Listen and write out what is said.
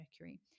mercury